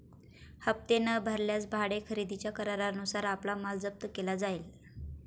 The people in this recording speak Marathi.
हप्ते न भरल्यास भाडे खरेदीच्या करारानुसार आपला माल जप्त केला जाईल